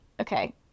okay